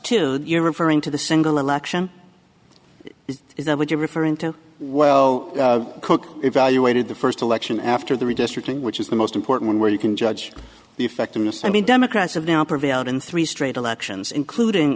two you're referring to the single election is that what you're referring to well cooke evaluated the first election after the redistricting which is the most important one where you can judge the effectiveness i mean democrats have now prevailed in three straight elections including